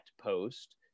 post